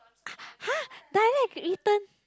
!huh! dialect written